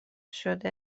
شده